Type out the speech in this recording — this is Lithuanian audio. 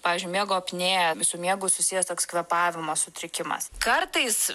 pavyzdžiui miego apnėja su miegu susijęs toks kvėpavimo sutrikimas kartais